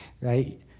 right